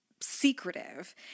secretive